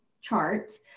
chart